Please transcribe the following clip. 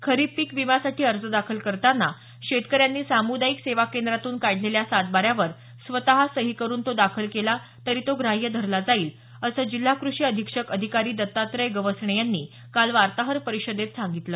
खरीप पिक विम्यासाठी अर्ज दाखल करताना शेतकऱ्यांनी सामुदायिक सेवा केंद्रातून काढलेल्या सातबाऱ्यावर स्वतः सही करुन तो दाखल केला तरी तो ग्राह्य धरला जाईल असं जिल्हा कृषी अधिक्षक अधिकारी दत्तात्रय गवसणे यांनी काल वार्ताहर परिषदेत सांगितलं